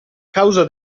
causa